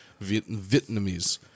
Vietnamese